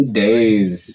days